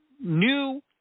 new